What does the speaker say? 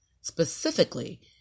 specifically